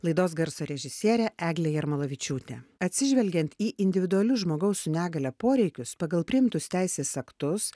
laidos garso režisierė eglė jarmolavičiūtė atsižvelgiant į individualius žmogaus su negalia poreikius pagal priimtus teisės aktus